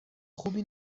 خوبی